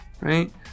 right